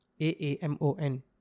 A-A-M-O-N